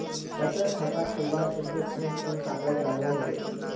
बचत खाता खोलवार केते कुन कुन कागज लागोहो होबे?